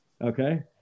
okay